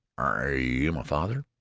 are you my father?